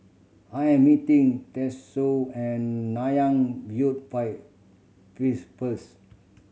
I am meeting Tatsuo an Nanyang View fire please first